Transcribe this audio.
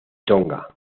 tonga